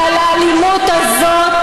ועל האלימות הזאת,